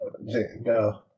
No